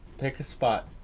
pick a spot,